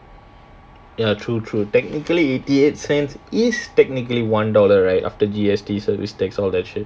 ya true true technically eighty eight cents is technically one dollar right after G_S_T service tax all that shit